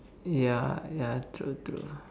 ya ya true true